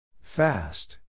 Fast